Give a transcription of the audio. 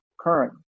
current